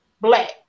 black